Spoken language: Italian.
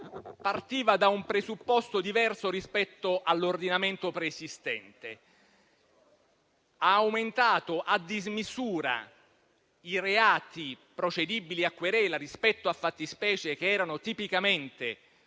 partiva da un presupposto diverso rispetto all'ordinamento preesistente: ha aumentato a dismisura i reati procedibili a querela, rispetto a fattispecie che erano tipicamente